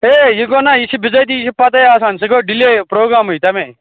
ہے یہِ گوٚو نا یہِ چھِ بِظٲتی یہِ چھِ پَتٕے آسان سُہ گوٚو ڈِلے پرٛوگرامٕے تَمےَ